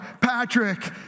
Patrick